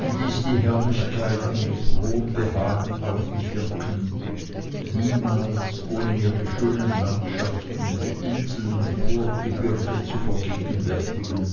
und ließ die herrlichkeiten mit frohem behagen auf mich wirken niemals ohne mir die schönen landschaften die inseln und vorgebirge zu vergegenwärtigen